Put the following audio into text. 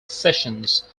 sessions